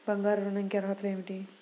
బంగారు ఋణం కి అర్హతలు ఏమిటీ?